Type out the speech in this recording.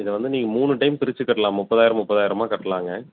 இதை வந்து நீங்க மூணு டைம் பிருச்சு கட்டலாம் முப்பதாயிரம் முப்பதாயிரமாக கட்டலாங்க